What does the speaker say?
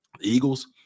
Eagles